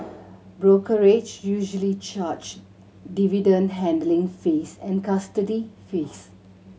brokerage usually charge dividend handling fees and custody fees